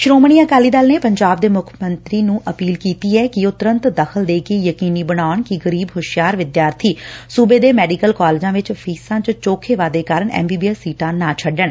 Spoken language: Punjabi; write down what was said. ਸ੍ਰੋਮਣੀ ਅਕਾਲੀ ਦਲ ਨੇ ਪੰਜਾਬ ਦੇ ਮੁੱਖ ਮੰਤਰੀ ਨੂੰ ਅਪੀਲ ਕੀਤੀ ਐ ਕਿ ਉਹ ਤੁਰੰਤ ਦਖ਼ਲ ਦੇ ਕੇ ਯਕੀਨੀ ਬਣਾਉਣ ਕਿ ਗਰੀਬ ਹੁਸ਼ਿਆਰ ਵਿਦਿਆਰਥੀ ਸੁਬੇ ਦੇ ਮੈਡੀਕਲ ਕਾਲਜਾਂ ਵਿਚ ਫੀਸਾਂ ਚ ਚੋਖੇ ਵਾਧੇ ਕਾਰਨ ਐਮ ਬੀ ਬੀ ਐਸ ਸੀਟਾਂ ਨਾ ਛੱਡਣ